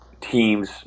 teams